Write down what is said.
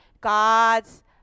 God's